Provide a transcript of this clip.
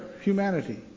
humanity